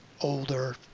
older